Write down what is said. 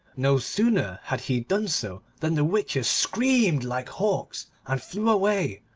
no sooner had he done so than the witches screamed like hawks and flew away,